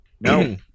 No